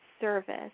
service